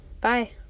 Bye